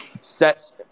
sets